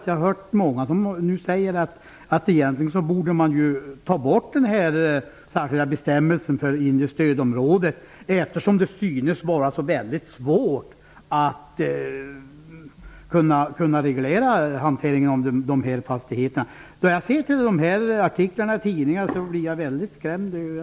Jag har hört många som säger att man borde ta bort den särskilda bestämmelsen för det inre stödområdet eftersom det synes vara så svårt att reglera hanteringen av dessa fastigheter. Jag blir mycket skrämd när jag ser artiklarna i tidningarna.